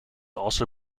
also